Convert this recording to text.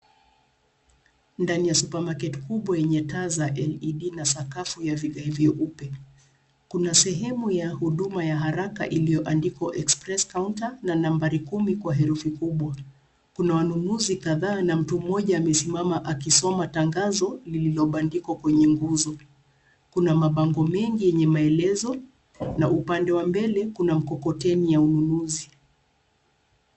Ndani ya supermarket kubwa yenye taa za LED na sakafu ya vigae vyeupe, kuna sehemu ya huduma ya haraka iliyoandikwa express counter na nambari kumi kwa herufi kubwa. Kuna wanunuzi kadhaa na mtu mmoja amesimama akisoma tangazo lililobandikwa kwenye nguzo. Kuna mabango mengi yenye maelezo na upande wa mbele kuna mkokoteni ya ununuzi.